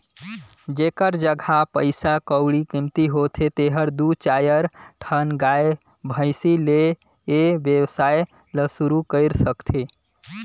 जेखर जघा पइसा कउड़ी कमती होथे तेहर दू चायर ठन गाय, भइसी ले ए वेवसाय ल सुरु कईर सकथे